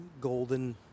golden